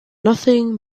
nothing